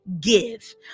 give